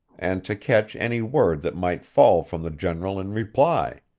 and to catch any word that might fall from the general in reply